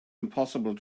impossible